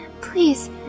please